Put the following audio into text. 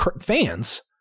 fans